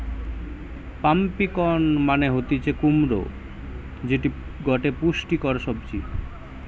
pumpkin মানে হতিছে কুমড়ো যেটি গটে পুষ্টিকর সবজি